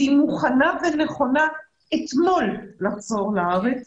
והיא מוכנה ונכונה אתמול לחזור לארץ